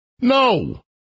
No